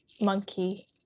monkey